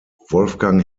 wolfgang